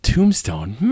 Tombstone